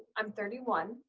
i'm thirty one.